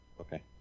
Okay